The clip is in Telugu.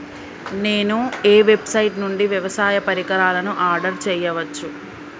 నేను ఏ వెబ్సైట్ నుండి వ్యవసాయ పరికరాలను ఆర్డర్ చేయవచ్చు?